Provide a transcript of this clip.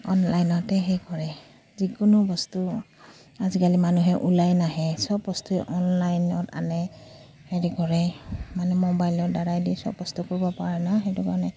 অনলাইনতে হেৰি কৰে যিকোনো বস্তু আজিকালি মানুহে ওলাই নাহে চব বস্তুৱে অনলাইনত আনে হেৰি কৰে মানে মোবাইলৰদ্বাৰাই দি চব বস্তু কৰিব পাৰে ন সেইটো কাৰণে